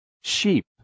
Sheep